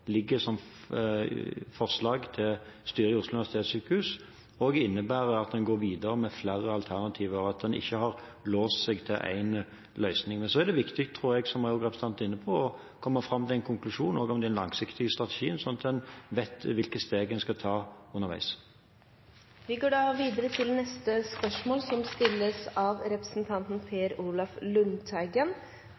ligger som forslag til styret i Oslo universitetssykehus, også innebærer at en går videre med flere alternativer, og at en ikke har låst seg til én løsning. Men så er det viktig, tror jeg, som også representanten er inne på, å komme fram til en konklusjon også om den langsiktige strategien, slik at en vet hvilke steg en skal ta underveis. Dette spørsmålet, fra representanten Kjersti Toppe til helse- og omsorgsministeren, vil bli tatt opp av representanten